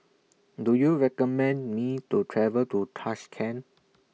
Do YOU recommend Me to travel to Tashkent